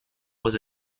was